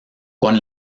con